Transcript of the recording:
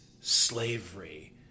slavery